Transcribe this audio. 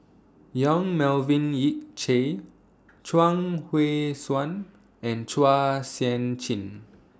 Yong Melvin Yik Chye Chuang Hui Tsuan and Chua Sian Chin